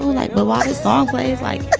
like well what his song plays like.